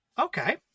Okay